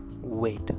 wait